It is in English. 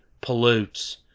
pollutes